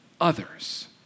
others